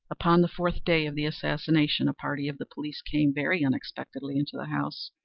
upon the fourth day of the assassination, a party of the police came, very unexpectedly, into the house,